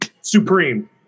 Supreme